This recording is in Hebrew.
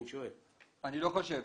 אני לא חושב.